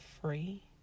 free